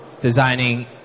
designing